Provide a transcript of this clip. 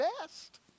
best